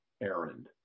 errand